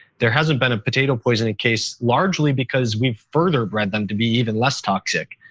there hasn't been a potato poisoning case largely because we've further bred them to be even less toxic.